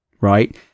right